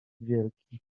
wielki